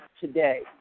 today